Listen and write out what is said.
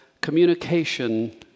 communication